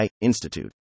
Institute